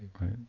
right